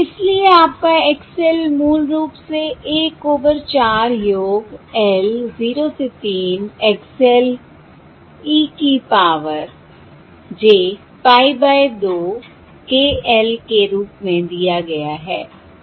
इसलिए आपका X l मूल रूप से 1 ओवर 4 योग l 0 से 3 X l e की power j pie by 2 k l के रूप में दिया गया है ठीक है